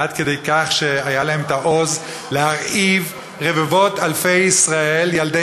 עד כדי כך שהיה להן העוז להרעיב רבבות-אלפי ילדי